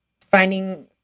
finding